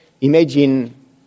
imagine